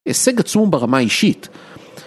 הישג עצום ברמה אישית.